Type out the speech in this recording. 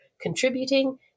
contributing